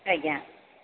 ଆଜ୍ଞା